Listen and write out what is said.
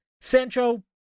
Sancho